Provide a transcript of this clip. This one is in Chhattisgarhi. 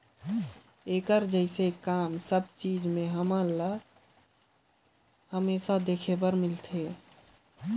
एकर कस काम सबेच जाएत में हमन ल सरलग देखे ले मिलथे